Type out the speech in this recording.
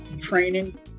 training